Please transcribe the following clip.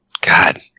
God